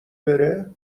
بره